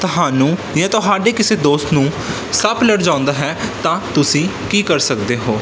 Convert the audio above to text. ਤੁਹਾਨੂੰ ਜਾਂ ਤੁਹਾਡੇ ਕਿਸੇ ਦੋਸਤ ਨੂੰ ਸੱਪ ਲੜ ਜਾਂਦਾ ਹੈ ਤਾਂ ਤੁਸੀਂ ਕੀ ਕਰ ਸਕਦੇ ਹੋ